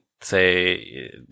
say